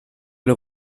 les